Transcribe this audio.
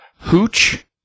Hooch